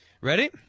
Ready